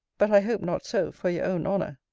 but i hope not so, for your owne honour.